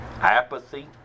apathy